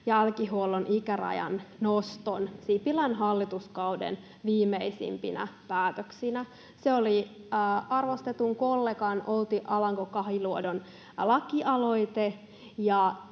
jälkihuollon ikärajan noston Sipilän hallituskauden viimeisimpinä päätöksinä. Se oli arvostetun kollegan, Outi Alanko-Kahiluodon, lakialoite,